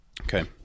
Okay